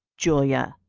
julia,